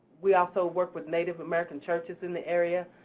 we also work with native american churches in the area.